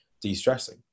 de-stressing